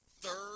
third